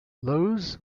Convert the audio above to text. lewes